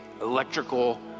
electrical